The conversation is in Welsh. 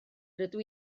rydw